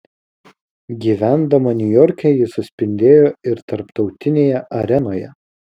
gyvendama niujorke ji suspindėjo ir tarptautinėje arenoje